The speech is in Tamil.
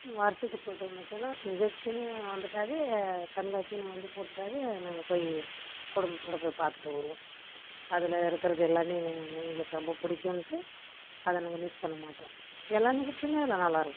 வருடத்துக்கு ஒரு டைம் வச்சாலும் நிகழ்ச்சினு வந்துட்டாவே கண்காட்சினு வந்து போட்டுட்டாவே நாங்கள் போய் குடும்பத்தோடு போய் பார்த்துட்டு வருவோம் அதில் இருக்கிறது எல்லாமே எங்களுக்கு ரொம்ப பிடிக்குன்ட்டு அதை நாங்கள் மிஸ் பண்ணமாட்டோம் எல்லா நிகழ்ச்சியுமே அதில் நல்லாயிருக்கும்